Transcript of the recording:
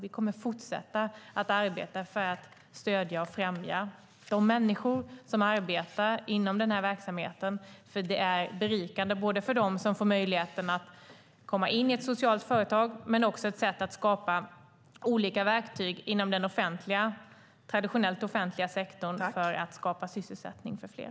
Vi kommer att fortsätta arbeta för att stödja och främja de människor som arbetar inom den här verksamheten, för det är både berikande för dem som får möjligheten att komma in i ett socialt företag och också ett sätt att skapa olika verktyg inom den traditionellt offentliga sektorn för att skapa sysselsättning för fler.